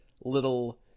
little